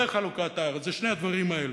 וחלוקת הארץ, זה שני הדברים האלו.